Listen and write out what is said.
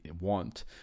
want